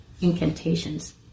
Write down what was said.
incantations